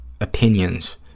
Opinions